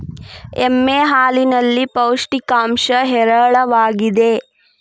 ಎಮ್ಮೆ ಹಾಲಿನಲ್ಲಿ ಪೌಷ್ಟಿಕಾಂಶ ಹೇರಳವಾಗಿದೆ